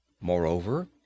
Moreover